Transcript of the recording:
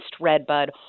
redbud